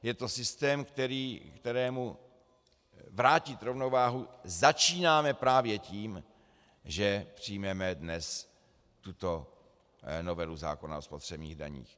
Je to systém, kterému vracet rovnováhu začínáme právě tím, že přijmeme dnes tuto novelu zákona o spotřebních daních.